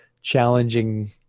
challenging